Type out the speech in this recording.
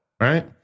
right